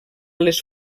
les